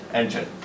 engine